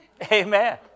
Amen